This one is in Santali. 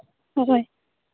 ᱚᱠᱚᱭ